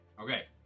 Okay